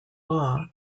law